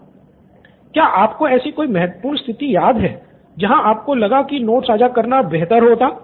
student 1 क्या आपको ऐसी कोई महत्वपूर्ण स्थिति याद हैं जहां आपको लगा हो कि नोट्स साझा करना बेहतर होता